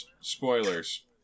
Spoilers